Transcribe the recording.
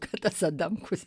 ką tas adamkus